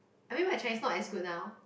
I mean my Chinese not as good now